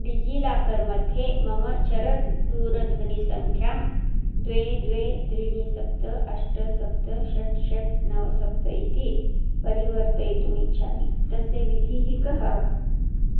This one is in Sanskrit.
डिजिलाकर् मध्ये मम चरदूरध्वनिसङ्ख्यां द्वे द्वे त्रीणि सप्त अष्ट सप्त षट् षट् नव सप्त इति परिवर्तयितुमिच्छामि तस्य विधिः का